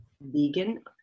vegan